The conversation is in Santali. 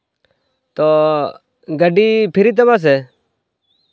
ᱛᱳ ᱜᱟᱹᱰᱤ ᱯᱷᱨᱤᱜ ᱛᱟᱢᱟ ᱥᱮ